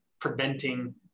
preventing